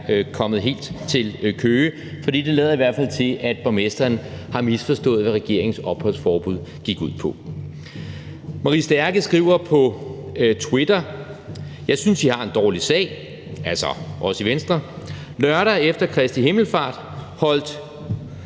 kommet helt til Køge. For det lader i hvert fald til, at borgmesteren har misforstået, hvad regeringens opholdsforbud gik ud på. Marie Stærke skriver på Twitter: Jeg synes, I – altså os i Venstre – har en dårlig sag. Lørdag efter Kristi himmelfartsdag holdt